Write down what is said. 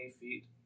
feet